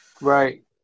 Right